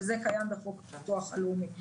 וזה קיים בחוק ביטוח לאומי.